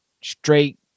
straight